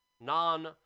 Non